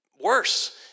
worse